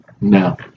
No